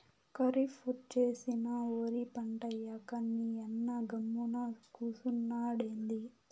కరీఫ్ ఒచ్చేసినా ఒరి పంటేయ్యక నీయన్న గమ్మున కూసున్నాడెంది